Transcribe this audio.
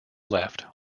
left